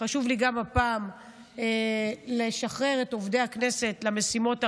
חשוב לי גם הפעם לשחרר את עובדי הכנסת למשימות הרבות.